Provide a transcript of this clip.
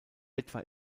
etwa